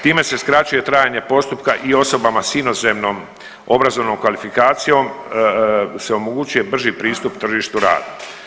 Time se skraćuje trajanje postupka i osobama sa inozemnom obrazovnom kvalifikacijom se omogućuje brži pristup tržištu rada.